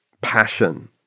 passion